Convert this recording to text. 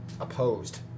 opposed